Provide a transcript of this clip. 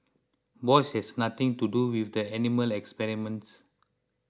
Bosch has nothing to do with the animal experiments